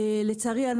לצערי,